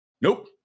Nope